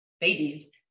babies